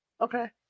Okay